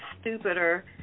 stupider